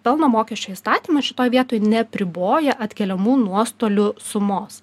pelno mokesčio įstatymas šitoj vietoj neapriboja atkeliamų nuostolių sumos